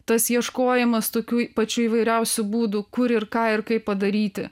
tas ieškojimas tokių pačių įvairiausių būdų kur ir ką ir kaip padaryti